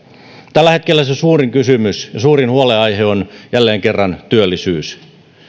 tällä hetkellä se suurin kysymys ja suurin huolenaihe on jälleen kerran työllisyys